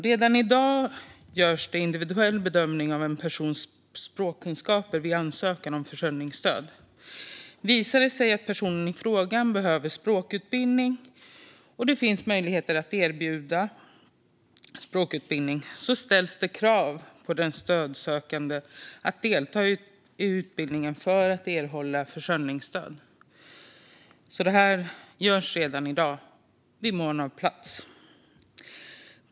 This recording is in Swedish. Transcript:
Redan i dag görs en individuell bedömning av en persons språkkunskaper vid ansökan om försörjningsstöd. Om det visar sig att personen i fråga behöver språkutbildning och om det finns möjligheter att erbjuda sådan ställs krav på den stödsökande att delta i utbildningen för att erhålla försörjningsstöd. Det här görs alltså redan i dag i mån av plats.